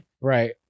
Right